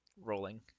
rolling